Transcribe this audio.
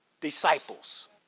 disciples